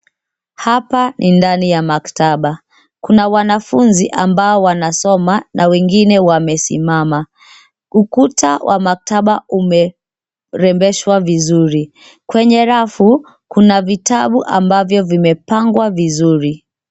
Hapa ni ndani ya maktaba. Kuna wanafunzi ambao wanasoma na wengine wamesimama. Ukuta wa maktaba umerembeshwa vizuri. Kwenye rafu kuna vitabu ambavyo vimepangwa vizuri.